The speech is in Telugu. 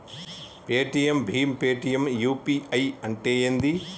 పేటిఎమ్ భీమ్ పేటిఎమ్ యూ.పీ.ఐ అంటే ఏంది?